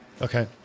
okay